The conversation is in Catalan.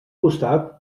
costat